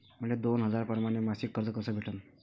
मले दोन हजार परमाने मासिक कर्ज कस भेटन?